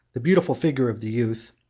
the beautiful figure of the youth,